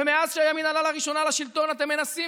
ומאז שהימין עלה לראשונה לשלטון אתם מנסים